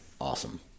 awesome